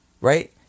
Right